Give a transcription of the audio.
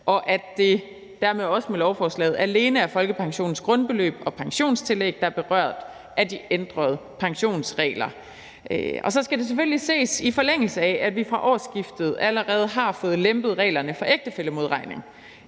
og at det dermed også med lovforslaget alene er folkepensionens grundbeløb og pensionstillæg, der berøres af de ændrede pensionsregler. Så skal det selvfølgelig ses i forlængelse af, at vi fra årsskiftet allerede har fået lempet reglerne for ægtefællemodregning.